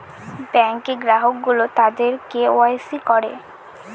ব্যাঙ্কে গ্রাহক গুলো তাদের কে ওয়াই সি করে